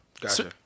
Gotcha